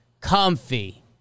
Comfy